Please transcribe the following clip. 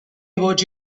about